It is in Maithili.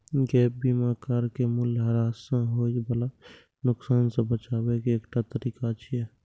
गैप बीमा कार के मूल्यह्रास सं होय बला नुकसान सं बचाबै के एकटा तरीका छियै